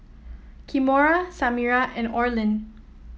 Kimora Samira and Orlin